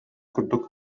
курдук